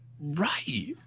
Right